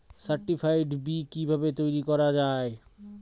Certified B কিভাবে তৈরি করা যায়?